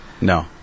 No